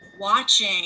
watching